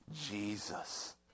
Jesus